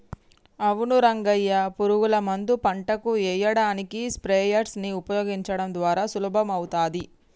అవును రంగయ్య పురుగుల మందు పంటకు ఎయ్యడానికి స్ప్రయెర్స్ నీ ఉపయోగించడం ద్వారా సులభమవుతాది